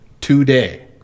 today